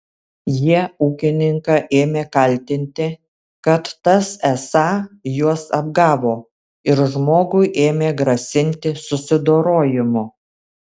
jie ūkininką ėmė kaltinti kad tas esą juos apgavo ir žmogui ėmė grasinti susidorojimu